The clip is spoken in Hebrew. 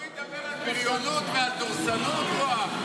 הוא ידבר על בריונות ועל דורסנות, יואב?